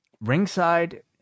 Ringside